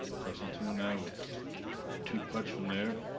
constantino with two putts from there